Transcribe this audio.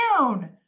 down